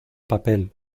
papel